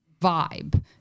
vibe